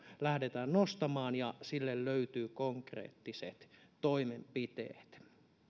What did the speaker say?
lähdetään nostamaan ja sille löytyvät konkreettiset toimenpiteet